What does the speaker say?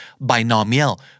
Binomial